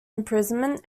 imprisonment